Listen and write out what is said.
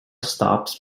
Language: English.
stops